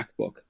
MacBook